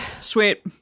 Sweet